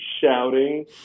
shouting